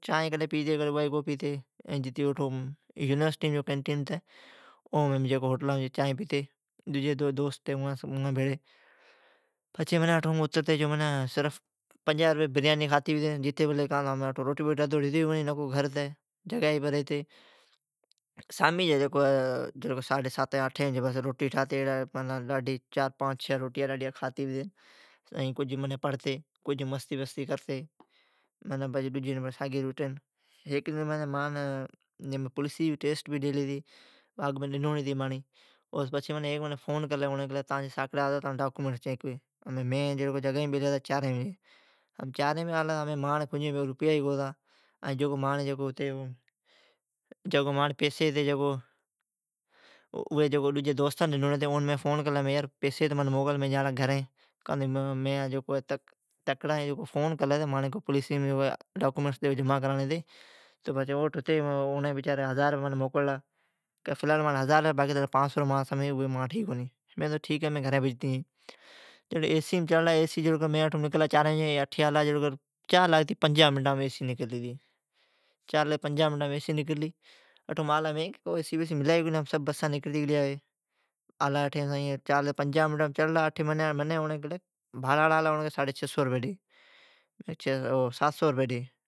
کڈھن چانھ پیتی کڈھن اوا بھی کونی پیتی۔ یونیسٹیم جتی اٹھو کینٹی نام جتی ھوٹلام چانھ پیتی، ڈجی دوست ھتی اوان بھیڑی۔ پچھی امین اترتی پنجاھ روپئی جی بریانی کھاتی پتی، روٹی ردھوڑی ھتی کونی نکو گھر ھتی۔ بس سامیجی آٹھن نوین بجی روٹی رانتی چھ سات روٹیا کھاتی کجھ پڑتی ائین کجھ مستی کرتی۔ ڈجی ڈن بڑی ساگی روٹین۔ ھیک دفعا مین پولیسی جی ٹیسٹ ڈیلی ھتی، منین فون آلی کہ ڈاکیومینٹ جمع کراڑین ھی۔ مانجی کھیسیم روپیا کونی ھتا ڈجی مانجی دوستان مین کیلی منین پیسی موکل مین جان لا گھرین۔ مین اون کیلی پچھی اوڑین ویچاری منین ھزار روپیا موکللا، اوڑین منین کیلی باقی تانجی پانچ سئو رپئی ھی اوی مانٹھ ھی کونی مین کیلیٹ ھیک ہے مین گھرین پجتی جائین۔ چار لاگتی پنجاھم ایسی نکرلی منین جیڑین بسا ھوی کونی نکرتی گلیا ھوی، بھاڑاڑا آلا منین کیتا ساڈھی چھ سئو روپئی ڈی او سات سئو روپئی ڈی،